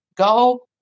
go